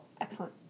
Excellent